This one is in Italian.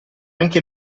anche